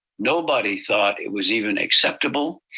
nobody thought it was even acceptable.